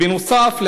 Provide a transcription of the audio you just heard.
בנוסף,